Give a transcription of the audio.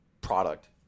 product